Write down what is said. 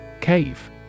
Cave